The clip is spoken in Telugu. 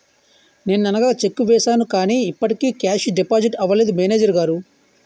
నిన్ననగా చెక్కు వేసాను కానీ ఇప్పటికి కేషు డిపాజిట్ అవలేదు మేనేజరు గారు